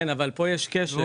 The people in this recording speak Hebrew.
כן, אבל כאן יש כשל.